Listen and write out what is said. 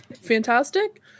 fantastic